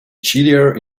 chillier